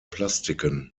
plastiken